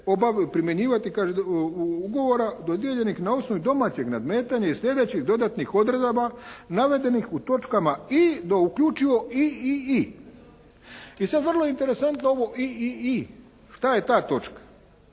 primjenjivati kaže, ugovora dodijeljenih na osnovi domaćih nadmetanja iz sljedećih dodatnih odredaba navedenih u točkama i. do uključivo iii. I sad vrlo interesantno ovo iii. Šta je ta točka?